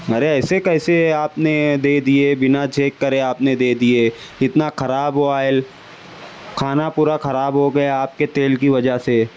ارے ایسے کیسے آپ نے دے دیے بنا چیک کرے آپ نے دے دیے اتنا خراب آئل کھانا پورا خراب ہو گیا آپ کے تیل کی وجہ سے